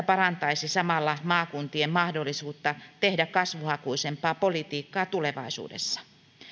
parantaisi samalla myös maakuntien mahdollisuutta tehdä kasvuhakuisempaa politiikkaa tulevaisuudessa